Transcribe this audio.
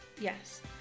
Yes